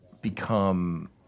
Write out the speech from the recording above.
become